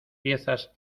piezas